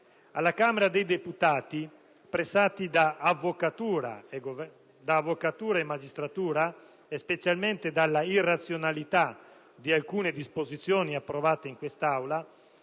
Alla Camera dei deputati, pressati da avvocatura e magistratura, ma specialmente dall'irrazionalità di alcune disposizioni approvate in quest'Aula,